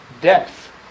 depth